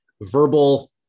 verbal